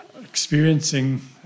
experiencing